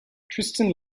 tristan